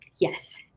Yes